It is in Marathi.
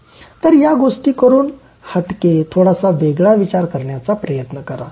तर या गोष्टी करून हटके थोडासा वेगळा विचार करण्याचा प्रयन्त करा